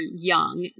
young